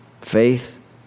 faith